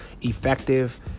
effective